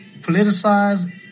politicized